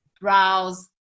browse